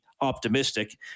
optimistic